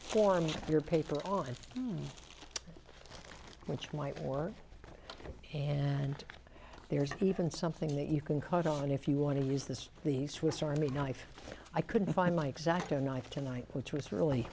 form your paper on which might work and there's even something that you can cut off and if you want to use this the swiss army knife i couldn't find my exacto knife tonight which was really